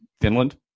Finland